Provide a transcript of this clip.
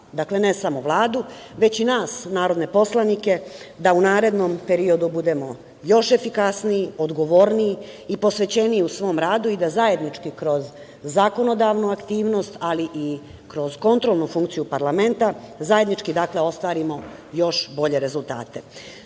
dakle, ne samo Vladu, već i nas narodne poslanike da u narednom periodu budemo još efikasniji, odgovorniji i posvećeniji u svom radu i da zajednički kroz zakonodavnu aktivnost, ali i kroz kontrolnu funkciju parlamenta, zajednički ostvarimo još bolje rezultate. Stičući